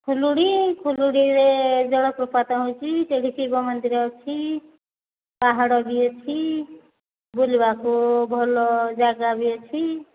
ଫୁଲୁରି ଫୁଲୁରିରେ ଜଳପ୍ରପାତ ଅଛି ସେଇଠି ଶିବ ମନ୍ଦିର ଅଛି ପାହାଡ଼ ବି ଅଛି ବୁଲିବାକୁ ଭଲ ଜାଗା ବି ଅଛି